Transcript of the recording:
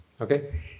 okay